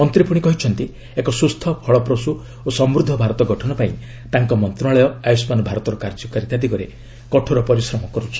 ମନ୍ତ୍ରୀ ପୁଣି କହିଛନ୍ତି ଏକ ସୁସ୍ଥ ଫଳପ୍ରସୁ ଓ ସମୃଦ୍ଧ ଭାରତ ଗଠନ ପାଇଁ ତାଙ୍କ ମନ୍ତ୍ରଣାଳୟ ଆୟୁଷ୍ମାନ୍ ଭାରତର କାର୍ଯ୍ୟକାରିତା ଦିଗରେ କଠୋର ପରିଶ୍ରମ କରୁଛି